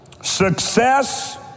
Success